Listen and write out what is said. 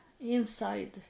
inside